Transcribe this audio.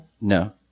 No